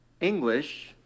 English